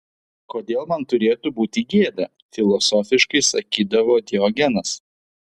kodėl man turėtų būti gėda filosofiškai sakydavo diogenas